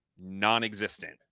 non-existent